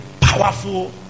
powerful